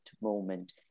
moment